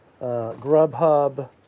Grubhub